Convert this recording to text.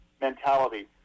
mentality